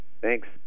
thanks